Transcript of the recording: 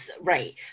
right